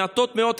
המעטות מאוד,